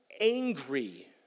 angry